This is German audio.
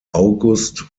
august